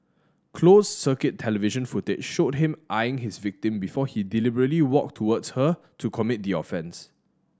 closed circuit television footage showed him eyeing his victim before he deliberately walked towards her to commit the offence